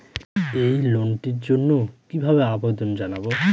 এই লোনটির জন্য কিভাবে আবেদন জানাবো?